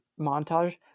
montage